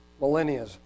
millennia